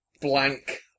blank